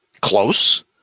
Close